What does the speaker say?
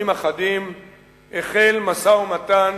החל משא-ומתן,